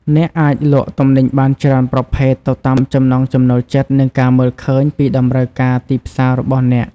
អ្នកអាចលក់ទំនិញបានច្រើនប្រភេទទៅតាមចំណង់ចំណូលចិត្ត និងការមើលឃើញពីតម្រូវការទីផ្សាររបស់អ្នក។